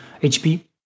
HP